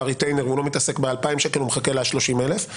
הוא לא מתעסק ב-2,000 שקלים אלא מחכה ל-30,000.